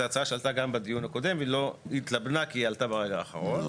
זו הצעה שעלתה גם בדיון הקודם והיא לא התלבנה כי היא עלתה ברגע האחרון.